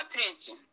attention